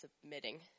submitting